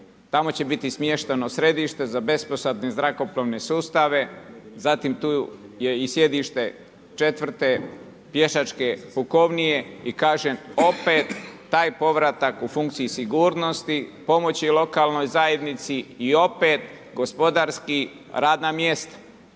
tamo će biti smještene središte za …/Govornik se ne razumije./… zrakoplovne sustave. Zatim tu je i sjedište 4. pješačke pukovnije i kažem, opet taj povratak u funkciji sigurnosti, pomoći lokalnoj zajednici i opet, gospodarski radna mjesto